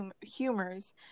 humors